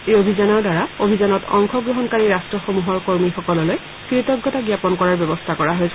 এই অভিযানৰ দ্বাৰা অভিযানত অংশগ্ৰহণকাৰী ৰাট্টসমূহৰ কৰ্মীসকললৈ কৃতজ্ঞতা জাপন কৰাৰ ব্যৱস্থা কৰা হৈছে